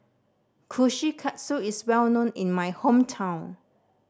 kushikatsu is well known in my hometown